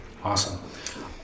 Awesome